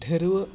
ᱰᱷᱟᱹᱨᱣᱟᱹᱜ